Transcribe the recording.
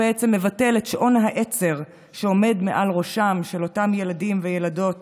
מבטל את שעון העצר שעומד מעל ראשם של ילדים וילדות